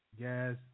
Yes